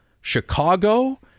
chicago